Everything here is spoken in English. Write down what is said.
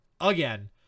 again